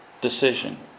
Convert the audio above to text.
decision